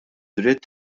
dritt